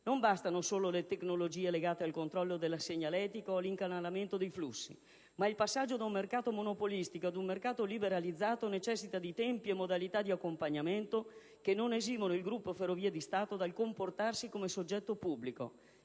Non bastano solo le tecnologie legate al controllo della segnaletica e dell'incanalamento dei flussi, ma il passaggio da un mercato monopolistico ad un mercato liberalizzato necessita di tempi e modalità di accompagnamento che non esimono il Gruppo Ferrovie dello Stato dal comportarsi come soggetto pubblico.